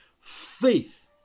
faith